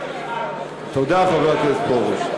חבר הכנסת פרוש.